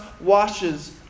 washes